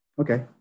Okay